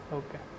okay